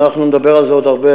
אנחנו נדבר על זה עוד הרבה,